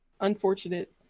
unfortunate